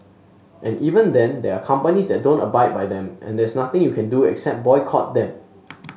and even then there are companies that don't abide by them and there's nothing you can do except boycott them